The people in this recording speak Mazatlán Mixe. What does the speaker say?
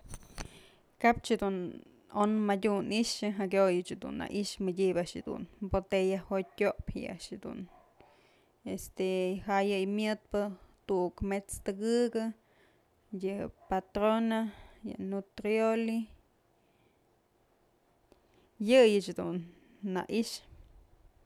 Kap chëdun on madyu i'ixë jakyoyëch dun na i'ixë madyëbë a'ax jedun botella jotyë tyopyë yë a'ax jedun este jayëy myëtpë tu'uk mët's tëkëkë, yë patrona, yënutrioli, yëyëch dun na i'ixë.